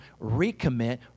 recommit